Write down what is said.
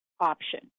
option